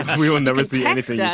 and we will never see anything. yeah